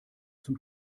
zum